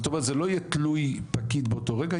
זאת אומרת זה לא יהיה תלוי פקיד באותו הרגע,